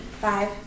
Five